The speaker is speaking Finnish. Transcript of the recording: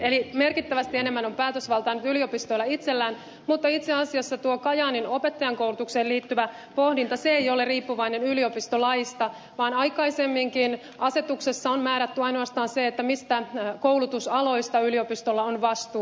eli merkittävästi enemmän on päätösvaltaa nyt yliopistoilla itsellään mutta itse asiassa tuo kajaanin opettajankoulutukseen liittyvä pohdinta ei ole riippuvainen yliopistolaista vaan aikaisemminkin asetuksessa on määrätty ainoastaan se mistä koulutusaloista yliopistolla on vastuu